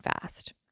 fast